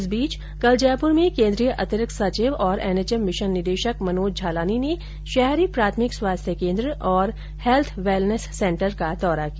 इस बीच कल जयपुर में केन्द्रीय अतिरिक्त सचिव तथा एनएचएम मिशन निदेशक मनोज झालानी ने शहरी प्राथमिक स्वास्थ्य केन्द्र और हैल्थ वैलनेस सेंटर का दौरा किया